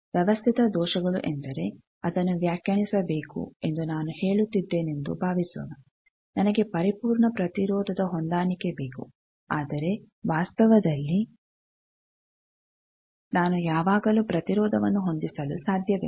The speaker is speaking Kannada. ವ್ಯವಸ್ಥಿತ ದೋಷಗಳು ಎಂದರೆ ಅದನ್ನು ವ್ಯಾಖ್ಯಾನಿಸಬೇಕು ಎಂದು ನಾನು ಹೇಳುತ್ತಿದ್ದೇನೆಂದು ಭಾವಿಸೋಣ ನನಗೆ ಪರಿಪೂರ್ಣ ಪ್ರತಿರೋಧದ ಹೊಂದಾಣಿಕೆ ಬೇಕು ಆದರೆ ವಾಸ್ತವದಲ್ಲಿ ನಾನು ಯಾವಾಗಲೂ ಪ್ರತಿರೋಧವನ್ನು ಹೊಂದಿಸಲು ಸಾಧ್ಯವಿಲ್ಲ